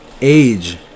age